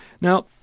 Now